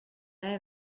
lei